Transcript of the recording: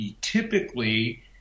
typically